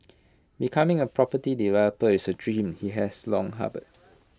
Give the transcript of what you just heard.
becoming A property developer is A dream he has long harboured